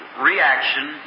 reaction